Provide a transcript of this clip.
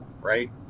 right